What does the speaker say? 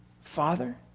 Father